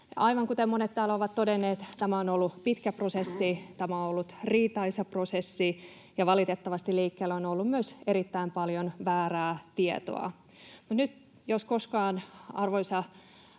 Aivan kuten monet täällä ovat todenneet, tämä on ollut pitkä prosessi, tämä on ollut riitaisa prosessi, ja valitettavasti liikkeellä on ollut myös erittäin paljon väärää tietoa. Mutta nyt jos koskaan, arvoisa